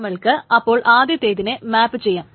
നമ്മൾക്ക് അപ്പോൾ ആദ്യത്തെതിനെ മാപ്പ് ചെയ്യാം